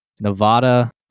Nevada